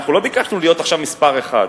אנחנו לא ביקשנו להיות עכשיו מספר אחת,